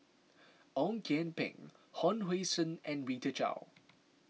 Ong Kian Peng Hon Sui Sen and Rita Chao